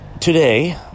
today